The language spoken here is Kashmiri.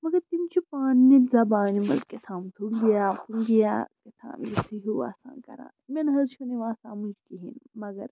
مگر تِم چھِ پنٕنہِ زَبانہِ منٛز کیٛاہتھام ہُگیا ہُگیا کیٛاہتام یتھُے ہیٛوٗ آسان کَران مےٚ نہَ حظ چھُنہٕ یِوان سمٕجھ کِہیٖنٛۍ مگر